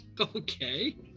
Okay